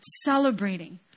celebrating